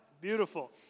Beautiful